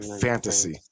fantasy